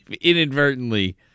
Inadvertently